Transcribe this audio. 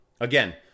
Again